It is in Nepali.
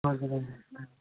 हजुर हजुर